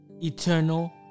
eternal